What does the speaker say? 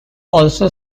also